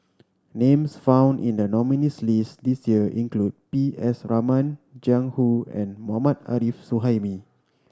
names found in the nominees' list this year include P S Raman Jiang Hu and Mohammad Arif Suhaimi